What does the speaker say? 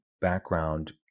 background